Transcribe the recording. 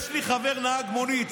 יש לי חבר נהג מונית,